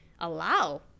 allow